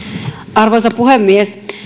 arvoisa puhemies